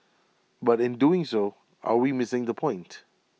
but in doing so are we missing the point